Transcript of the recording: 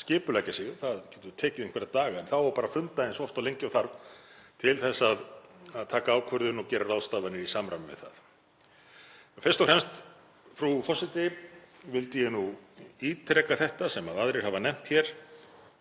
skipuleggja sig og það getur tekið einhverja daga en þá á bara að funda eins oft og lengi og þarf til þess að taka ákvörðun og gera ráðstafanir í samræmi við það. Fyrst og fremst, frú forseti, vildi ég nú ítreka þetta sem aðrir hafa nefnt hér,